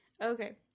Okay